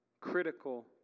Critical